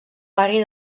barri